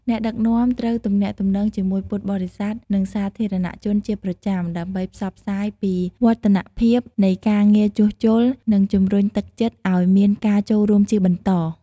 អ្នកដឹកនាំត្រូវទំនាក់ទំនងជាមួយពុទ្ធបរិស័ទ និងសាធារណជនជាប្រចាំ ដើម្បីផ្សព្វផ្សាយពីវឌ្ឍនភាពនៃការងារជួសជុល និងជំរុញទឹកចិត្តឱ្យមានការចូលរួមជាបន្ត។